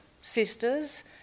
sisters